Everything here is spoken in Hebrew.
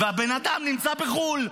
והבן אדם נמצא בחו"ל.